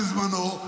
בזמנו.